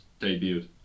debuted